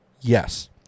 Yes